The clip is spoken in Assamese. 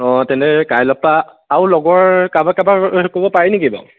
অঁ তেনে কাইলৰপৰা আৰু লগৰ কাৰোবাক কাৰোবাক ক'ব পাৰি নেকি বাৰু